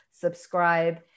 subscribe